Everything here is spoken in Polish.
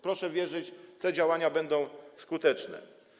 Proszę wierzyć, te działania będą skuteczne.